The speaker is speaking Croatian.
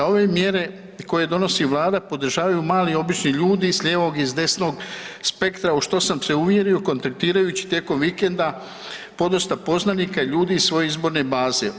Ove mjere koje donosi vlada podržavaju mali obični ljudi s lijevog i s desnog spektra u što sam se uvjerio kontaktirajući tijekom vikenda podosta poznanika i ljudi iz svoje izborne baze.